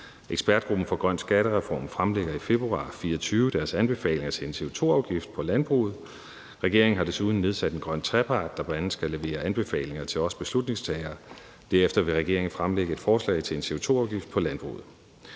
Ekspertgruppen for en grøn skattereform fremlægger i februar 2024 deres anbefalinger til en CO2-afgift på landbruget. Regeringen har desuden nedsat en grøn trepart, der bl.a. skal levere anbefalinger til os beslutningstagere, og derefter vil regeringen fremlægge et forslag til en CO2-afgift på landbruget.